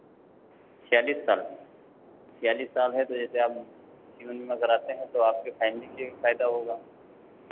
छियालीस साल छियालीस साल है तो जैसे आप जीवन बीमा कराते हैं तो आपके फ़ैमिली के लिए भी फ़ायदा होगा